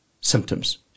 symptoms